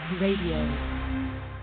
radio